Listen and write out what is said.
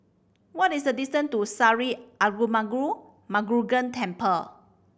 what is the distance to Sri Arulmigu Murugan Temple